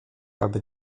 aby